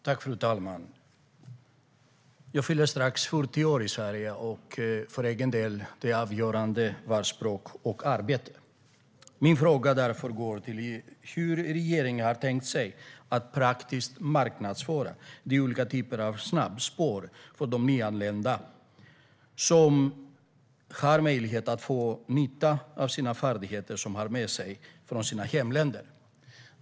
Fru talman! Jag fyller strax 40 år i Sverige, och för min del var det avgörande språk och arbete. Min fråga är därför: Hur har regeringen tänkt sig att praktiskt marknadsföra de olika typerna av snabbspår för nyanlända och ge de nyanlända möjlighet att få nytta av de färdigheter de har med sig från sina hemländer?